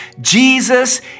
Jesus